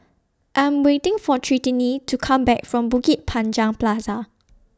I Am waiting For Trinity to Come Back from Bukit Panjang Plaza